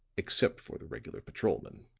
except for the regular patrolman.